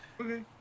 Okay